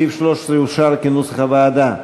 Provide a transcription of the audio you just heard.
סעיף 13 אושר, כנוסח הוועדה.